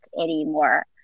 anymore